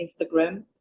Instagram